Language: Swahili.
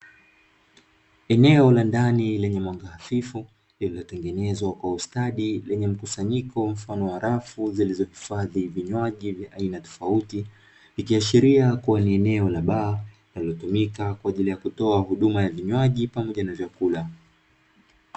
Eneo la ndani lenye mwanga hafifu lililotengenezwa kwa ustadi lenye mkusanyiko mfano wa rafu zilizohifadhi vinywaji vya aina tofauti, ikiashiria kuwa ni eneo la baa linalotumika kwa ajili ya kutoa huduma ya vinywaji pamoja na vyakula.